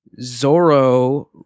Zoro